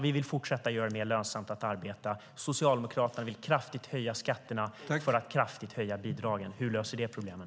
Vi vill fortsätta att göra det mer lönsamt att arbeta. Socialdemokraterna vill kraftigt höja skatterna för att kraftigt höja bidragen. Hur löser det problemen?